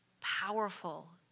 powerful